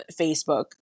Facebook